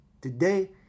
today